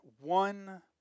one